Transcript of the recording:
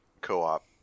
co-op